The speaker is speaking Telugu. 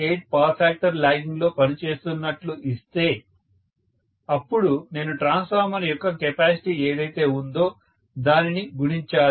8 పవర్ ఫ్యాక్టర్ లాగింగ్లో పనిచేస్తున్నట్టు ఇస్తే అప్పుడు నేను ట్రాన్స్ఫార్మర్ యొక్క కెపాసిటీ ఏదయితే ఉందో దానిని గుణించాలి